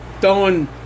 throwing